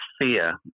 fear